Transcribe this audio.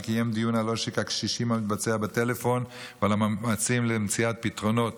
שקיים דיון על עושק הקשישים המתבצע בטלפון ועל המאמצים למציאת פתרונות